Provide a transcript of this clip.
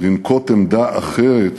לנקוט עמדה אחרת